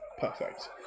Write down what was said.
Perfect